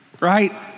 right